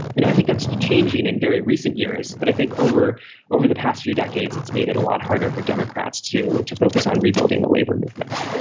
you know i think that's changing in very recent years. but i think over over the past few decades, it's made it a lot harder for democrats to to focus on rebuilding the labor movement